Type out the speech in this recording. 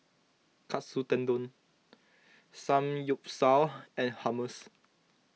Katsu Tendon Samgyeopsal and Hummus